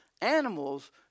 Animals